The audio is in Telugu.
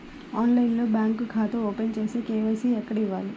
ఆన్లైన్లో బ్యాంకు ఖాతా ఓపెన్ చేస్తే, కే.వై.సి ఎక్కడ ఇవ్వాలి?